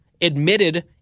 admitted